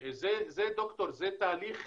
ד"ר, זה תהליך.